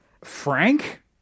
Frank